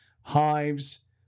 hives